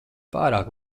pārāk